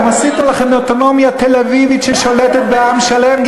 אתם עשיתם לכם אוטונומיה תל-אביבית ששולטת בעם שלם,